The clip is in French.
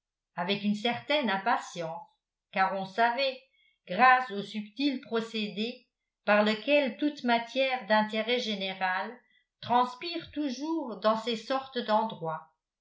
avec une certaine impatience car on savait grâce au subtil procédé par lequel toute matière d'intérêt général transpire toujours dans ces sortes d'endroits